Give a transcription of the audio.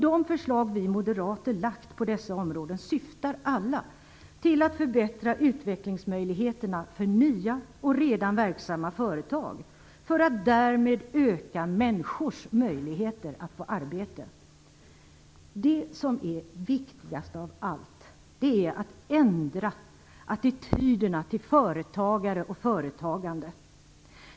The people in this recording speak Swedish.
De förslag vi moderater har lagt fram på dessa områden syftar alla till att förbättra utvecklingsmöjligheterna för nya och redan verksamma företag, för att därmed öka människors möjlighet att få arbete. Det som är viktigast av allt är att ändra attityderna till företagare och företagande.